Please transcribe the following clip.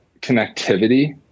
connectivity